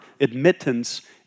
admittance